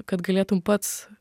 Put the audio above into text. kad galėtum pats